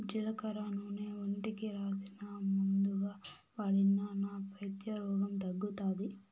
జీలకర్ర నూనె ఒంటికి రాసినా, మందుగా వాడినా నా పైత్య రోగం తగ్గుతాది